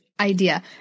Idea